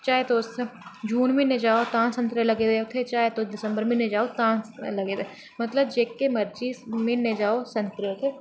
चाहे तुस जून म्हीनै जाओ तां संतरे लग्गे दे होंदे उत्तें जां तुस दिसंबर म्हीनै जाओ तां लग्गे दे मतलब जेह्के मर्जी म्हीनै जाओ संतरे उत्थें